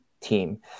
team